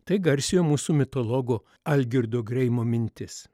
tai garsiojo mūsų mitologo algirdo greimo mintis